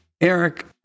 Eric